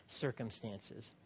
circumstances